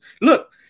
Look